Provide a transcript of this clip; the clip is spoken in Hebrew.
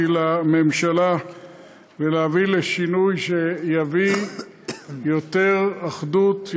לממשלה ולהביא לשינוי שיביא יותר אחדות,